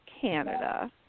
Canada